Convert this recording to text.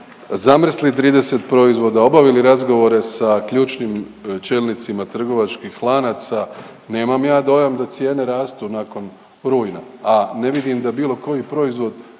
zamrzli 30 proizvoda, obavili razgovore sa ključnim čelnicima trgovačkih lanaca. Nemam ja dojam da cijene rastu nakon rujna, a ne vidim da bilo koji proizvod